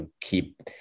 keep